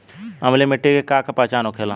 अम्लीय मिट्टी के का पहचान होखेला?